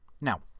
Now